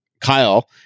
Kyle